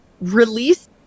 release